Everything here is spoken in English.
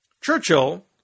Churchill